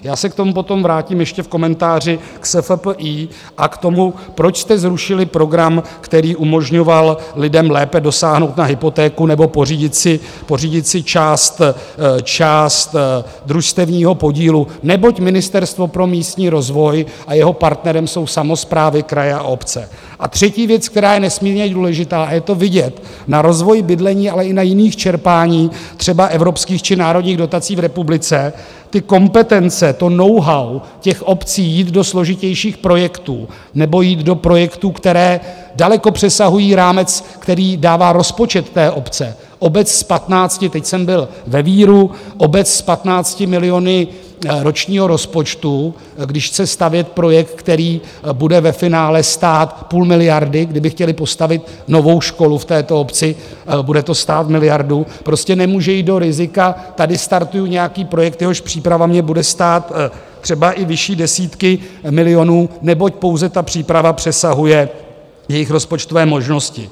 Já se k tomu potom vrátím ještě v komentáři k SFPI a k tomu, proč jste zrušili program, který umožňoval lidem lépe dosáhnout na hypotéku nebo pořídit si část družstevního podílu neboť Ministerstvo pro místní rozvoj, a jeho partnerem jsou samosprávy, kraje a obce, a třetí věc, která je nesmírně důležitá, a je to vidět na rozvoji bydlení, ale i na jiných čerpáních třeba evropských či národních dotací v republice, kompetence, knowhow těch obcí jít do složitějších projektů nebo jít do projektů, které daleko přesahují rámec, který dává rozpočet obce, obec s 15 teď jsem byl ve Víru obec s 15 miliony ročního rozpočtu, když chce stavět projekt, který bude ve finále stát půl miliardy, kdyby chtěli postavit novou školu v této obci, bude to stát miliardu, prostě nemůže jít do rizika: Tady startuji nějaký projekt, jehož příprava mě bude stát třeba i vyšší desítky milionů, neboť pouze ta příprava přesahuje jejich rozpočtové možnosti.